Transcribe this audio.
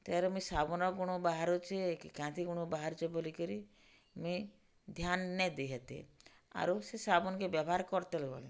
ତାହେରୁ ମୁଇଁ ସାବୁନ୍ର ଗୁଣୁ ବାହାରୁଚେ କି କାଏଁତି ଗୁଣୁ ବାହାରୁଛେ ବୋଲିକରି ମୁଇଁ ଧ୍ୟାନ୍ ନେ ଦେଇ ହେତେ ଆରୁ ସେ ସାବୁନ୍କେ ବ୍ୟବହାର୍ କରିତେଲ୍ ଗଲି